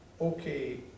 okay